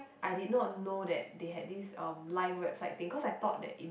I did not know that they had this um live website thing cause I thought that in